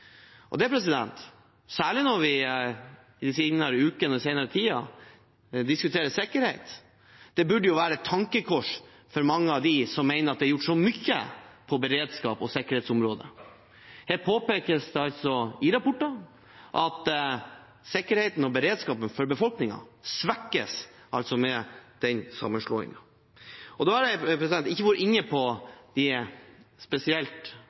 særlig siden vi de senere ukene og den senere tiden har diskutert sikkerhet. Det burde være et tankekors for mange av dem som mener at det er gjort så mye på beredskaps- og sikkerhetsområdet. Her påpekes det i rapporter at sikkerheten og beredskapen for befolkningen svekkes med den sammenslåingen. Og da har jeg ikke vært inne på de spesielt